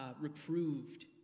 reproved